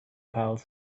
pals